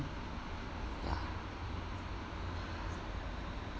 ya